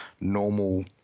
normal –